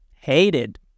hated